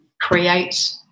create